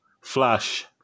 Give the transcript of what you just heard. Flash